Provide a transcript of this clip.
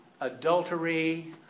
adultery